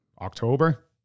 October